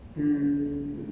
蝶变